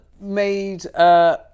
made